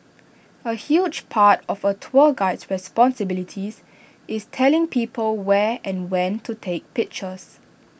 A huge part of A tour guide's responsibilities is telling people where and when to take pictures